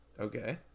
Okay